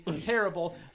Terrible